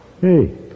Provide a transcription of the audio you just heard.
Hey